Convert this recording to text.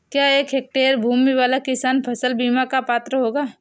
क्या एक हेक्टेयर भूमि वाला किसान फसल बीमा का पात्र होगा?